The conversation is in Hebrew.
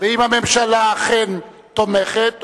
ואם הממשלה אכן תומכת,